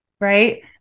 right